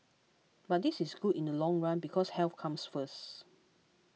but this is good in the long run because health comes first